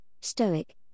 stoic